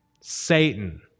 Satan